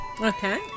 Okay